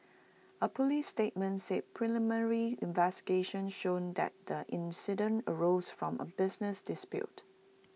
A Police statement said preliminary investigations showed that the incident arose from A business dispute